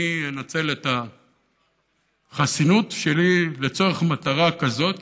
אני אנצל את החסינות שלי לצורך מטרה כזאת,